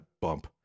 bump